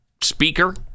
speaker